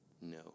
No